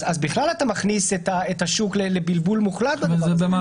אז בכלל אתה מכניס את השוק לבלבול מוחלט בדבר הזה.